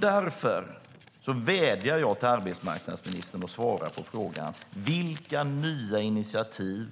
Därför vädjar jag till arbetsmarknadsministern att svara på frågan: Vilka nya initiativ